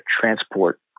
transport